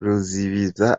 ruzibiza